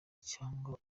cyangwa